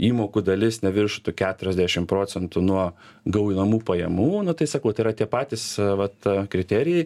įmokų dalis neviršytų keturiasdešim procentų nuo gaunamų pajamų nu tai sakau tai yra tie patys vat kriterijai